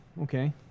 okay